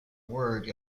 word